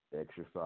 exercise